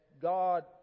God